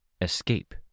Escape